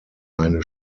eine